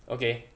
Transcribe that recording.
okay